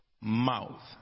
mouth